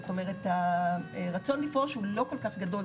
זאת אומרת הרצון לפרוש הוא לא כל כך גדול,